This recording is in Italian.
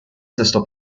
sesto